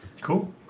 Cool